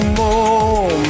more